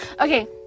Okay